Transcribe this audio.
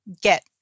get